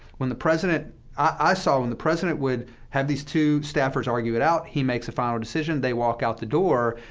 when the president i saw, when the president would have these two staffers argue it out, he makes a final decision. they walk out the door,